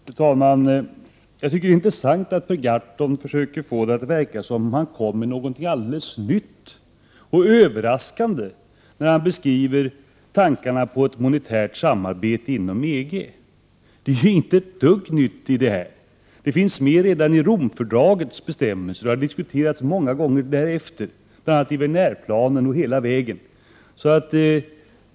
Fru talman! Jag tycker att det är intressant att Per Gahrton försöker få det att verka som om han kom med någonting alldeles nytt och överraskande, när han beskriver tankarna på ett monetärt samarbete inom EG. Det är ju inte ett dugg nytt i det här. Det finns med redan i Romfördragets bestämmelser och har diskuterats många gånger därefter, bl.a. i Wernerplanen och hela vägen.